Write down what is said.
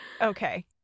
Okay